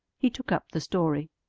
he took up the story.